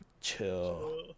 Chill